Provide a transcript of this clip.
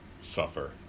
suffer